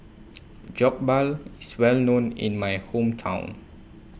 Jokbal IS Well known in My Hometown